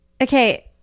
Okay